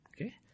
Okay